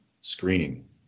screening